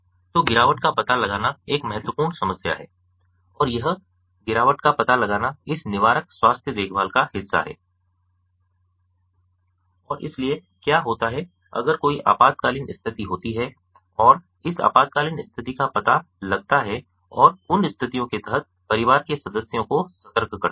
तो गिरावट का पता लगाना एक महत्वपूर्ण समस्या है और यह गिरावट का पता लगाना इस निवारक स्वास्थ्य देखभाल का हिस्सा है और इसलिए क्या होता है अगर कोई आपातकालीन स्थिति होती है और इस आपातकालीन स्थिति का पता लगता है और उन स्थितियों के तहत परिवार के सदस्यों को सतर्क करता है